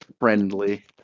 friendly